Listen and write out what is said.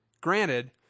Granted